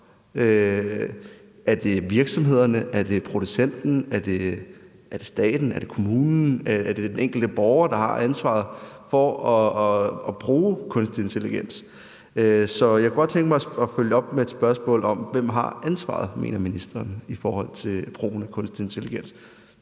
Er det virksomhederne? Er det producenten? Er det staten? Er det kommunen, eller er det den enkelte borger, der har ansvaret for at bruge kunstig intelligens? Så jeg kunne godt tænke mig at følge op med spørgsmålet: Hvem mener ministeren har ansvaret i forhold til brugen af kunstig intelligens?